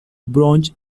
bronze